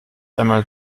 einmal